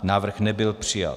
Návrh nebyl přijat.